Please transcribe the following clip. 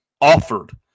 offered